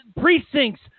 precincts